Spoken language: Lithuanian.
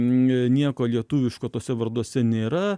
nieko lietuviško tose varduose nėra